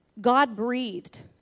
God-breathed